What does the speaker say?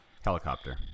helicopter